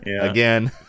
Again